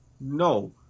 No